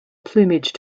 plumage